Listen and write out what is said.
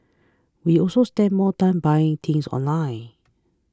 we also spend more time buying things online